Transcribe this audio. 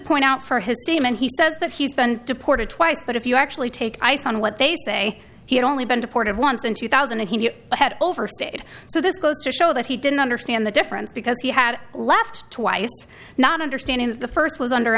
point out for his statement he says that he's been deported twice but if you actually take ice on what they say he had only been deported once in two thousand and he had overstayed so this goes to show that he didn't understand the difference because he had left twice not understanding that the first was under